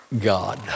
God